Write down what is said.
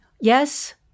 yes